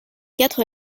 quatre